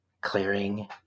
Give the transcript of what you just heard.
clearing